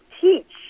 teach